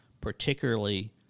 particularly